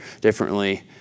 differently